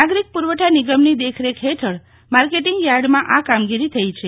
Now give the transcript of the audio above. નાગરિક પુરવઠા નિગમની દેખરેખ હેઠળ માર્કેટીંગ યાર્ડમાં આ કામગીરી થઇ છે